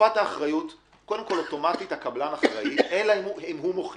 בתקופת האחריות קודם כל אוטומטית הקבלן אחראי אלא אם הוא מוכיח.